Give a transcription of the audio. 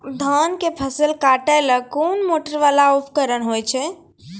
धान के फसल काटैले कोन मोटरवाला उपकरण होय छै?